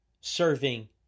Serving